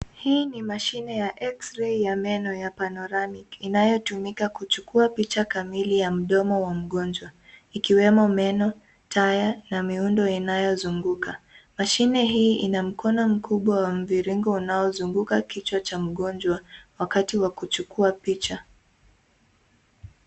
Hii ni mashine ya X-ray ya meno ya panoramic , inayotumika kuchukua picha kamili ya mdomo wa mgonjwa, ikiwemo meno, taya na miundo inayozunguka. Mashine hii ina mkono mkubwa wa mviringo unaozunguka kichwa cha mgonjwa wakati wa kuchukua picha.